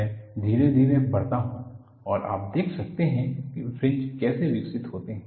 मैं धीरे धीरे बढाता हूं और आप देख सकते हैं कि फ्रिंज कैसे विकसित होते हैं